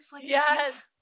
Yes